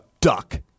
duck